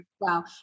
Wow